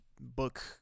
book